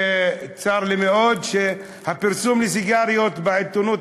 וצר לי מאוד שהפרסום לסיגריות נמצא בעיתונות